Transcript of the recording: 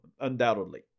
undoubtedly